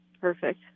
Perfect